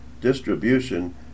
distribution